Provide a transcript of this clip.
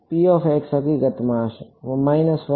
તેથી આ હકીકતમાં હશે